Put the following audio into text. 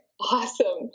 awesome